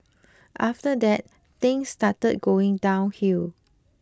after that things started going downhill